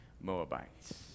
Moabites